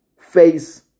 face